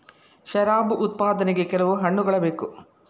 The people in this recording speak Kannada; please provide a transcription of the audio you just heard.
ಶರಾಬು ಉತ್ಪಾದನೆಗೆ ಕೆಲವು ಹಣ್ಣುಗಳ ಬೇಕು